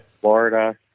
Florida